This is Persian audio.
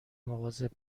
مواظب